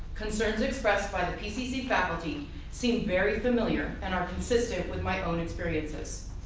concerns expressed by the pcc faculty seemed very familiar and are consistent with my own experiences.